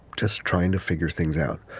just trying to figure things out,